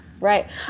Right